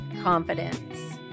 confidence